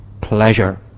pleasure